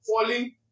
falling